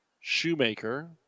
Shoemaker